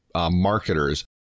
marketers